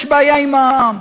יש בעיה עם העם.